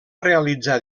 realitzar